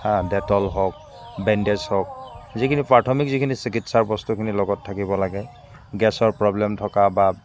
Dettol হওক bandage হওক যিখিনি প্ৰাথমিক যিখিনি চিকিৎসাৰ বস্তুখিনি লগত থাকিব লাগে গেছৰ প্ৰব্লেম থকা বা